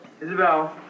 Isabel